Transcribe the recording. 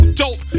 dope